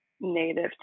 native